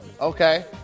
Okay